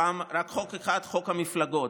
רק חוק אחד: חוק המפלגות.